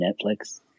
Netflix